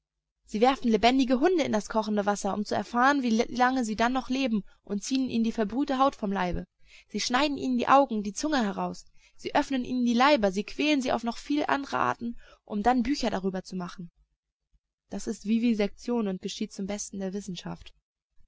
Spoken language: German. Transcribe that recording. sie werfen lebendige hunde in das kochende wasser um zu erfahren wie lange sie dann noch leben und ziehen ihnen die verbrühte haut vom leibe sie schneiden ihnen die augen die zungen heraus sie öffnen ihnen die leiber sie quälen sie auf noch viele andere arten um dann bücher darüber zu machen das ist vivisektion und geschieht zum besten der wissenschaft